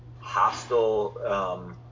hostile